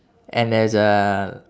and there's a